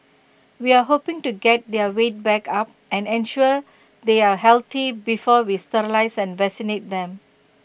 we are hoping to get their weight back up and ensure they are healthy before we sterilise and vaccinate them